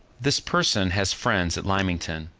this person has friends at lymington,